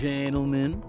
Gentlemen